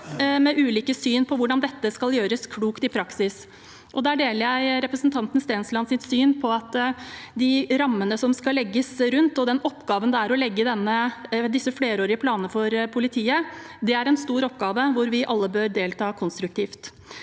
med ulike syn på hvordan dette skal gjøres klokt i praksis. Der deler jeg representantens Stenslands syn på at de rammene som skal legges rundt, og den oppgaven det er å legge disse flerårige planene for politiet, er en stor oppgave hvor vi alle bør delta konstruktivt.